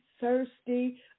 thirsty